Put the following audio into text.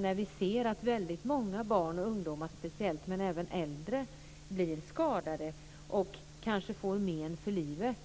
När vi ser att många barn och ungdomar speciellt, men även äldre, blir skadade och kanske får men för livet